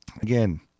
again